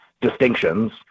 distinctions